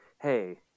hey